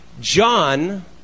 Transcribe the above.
John